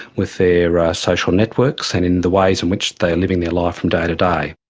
with their social networks and in the ways in which they're living their life from day to day.